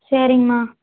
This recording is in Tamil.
சரிங்கம்மா